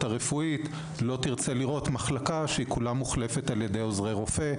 הרפואית לא תרצה לראות מחלקה שכולה מוחלפת על-ידי עוזרי רופא,